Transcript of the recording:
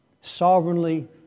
sovereignly